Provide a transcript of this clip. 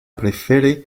prefere